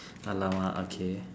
!alamak! okay